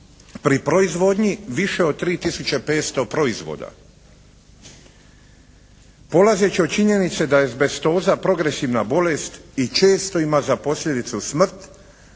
pri proizvodnji više od 3 tisuće 500 proizvoda. Polazeći od činjenice da je azbestoza progresivna bolest i često ima za posljedicu smrt